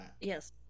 yes